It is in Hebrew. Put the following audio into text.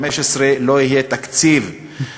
לא יהיה תקציב,